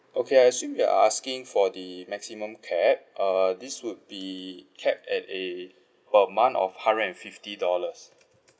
okay I assume you're asking for the maximum cap uh this would be cap at a per month of hundred and fifty dollars